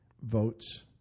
votes